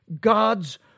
God's